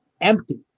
empty